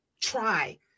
try